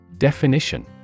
Definition